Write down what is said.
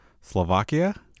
Slovakia